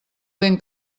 ben